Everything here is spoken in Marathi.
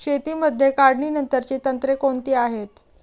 शेतीमध्ये काढणीनंतरची तंत्रे कोणती आहेत?